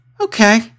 okay